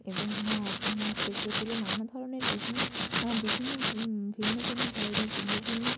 এবং সেইগুলো ছিল নানা ধরনের বিভিন্ন বিভিন্ন ভিন্ন ভিন্ন ধরনের ভিন্ন ভিন্ন